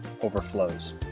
overflows